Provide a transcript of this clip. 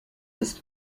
ist